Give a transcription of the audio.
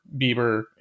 Bieber